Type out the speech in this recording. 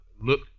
look